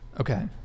okay